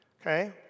okay